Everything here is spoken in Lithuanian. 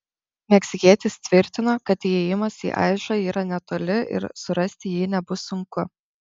meksikietis tvirtino kad įėjimas į aižą yra netoli ir surasti jį nebus sunku